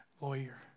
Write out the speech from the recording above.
lawyer